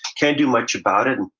can't do much about it.